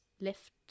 lift